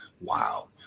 Wow